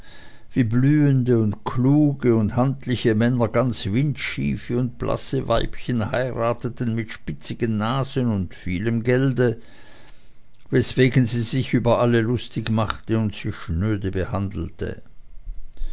wie blühende kluge und handliche männer ganz windschiefe und blasse weibchen heirateten mit spitzigen nasen und vielem gelde weswegen sie sich über alle lustig machte und sie schnöde behandelte